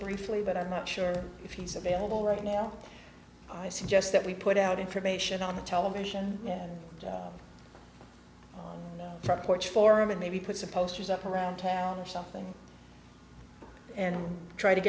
briefly but i'm not sure if he's available right now i suggest that we put out information on the television for a porch for him and maybe put some posters up around town or something and try to